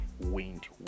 wind